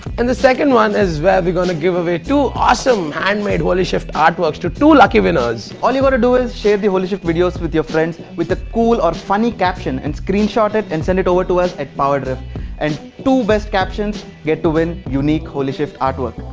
and the second one is where we're gonna giveaway two awesome handmade. holy shift artworks to two lucky winners! all you gotta do is share the holy shift videos with your friends with the cool or funny caption. and screenshot it and send it over to us at powerdrift and two best captions get to win. unique holy shift artwork!